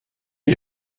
est